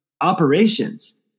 operations